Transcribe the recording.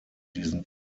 diesen